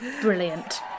brilliant